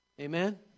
Amen